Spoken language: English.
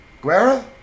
Guerra